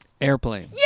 Airplane